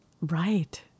Right